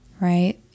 right